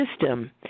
system